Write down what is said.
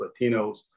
Latinos